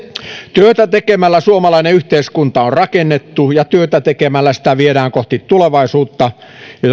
työtä tekemällä suomalainen yhteiskunta on rakennettu ja työtä tekemällä sitä viedään kohti tulevaisuutta